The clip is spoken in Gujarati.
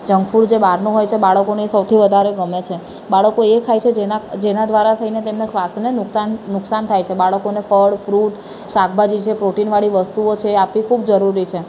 જંક ફૂડ જે બહારનું હોય છે એ બાળકોને સૌથી વધારે ગમે છે બાળકો એ ખાય છે જેના જેના દ્વારા થઇને તેમના સ્વાસ્થ્યને નુકસાન નુકસાન થાય છે બાળકોને ફળ ફ્રૂટ શાકભાજી જે પ્રોટિનવાળી વસ્તુઓ છે એ આપવી ખૂબ જરૂરી છે